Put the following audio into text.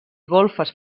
golfes